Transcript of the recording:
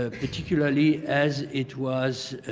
ah particularly as it was